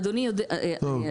אדוני יושב הראש,